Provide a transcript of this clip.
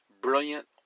brilliant